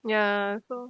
ya so